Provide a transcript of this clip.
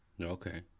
Okay